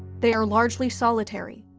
they are largely solitary,